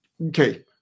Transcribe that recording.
okay